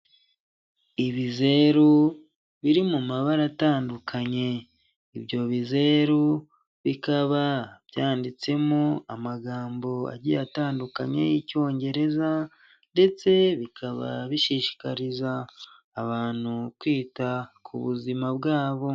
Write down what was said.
Ibizeru biri mu mabara atandukanye ibyo bizeru bikaba byanditsemo amagambo agiye atandukanye y'icyongereza, ndetse bikaba bishishikariza abantu kwita ku buzima bwabo.